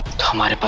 tomorrow?